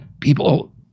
people